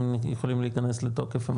אם הם יכולים להיכנס לתוקף?